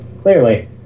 Clearly